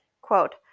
Quote